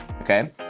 Okay